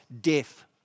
death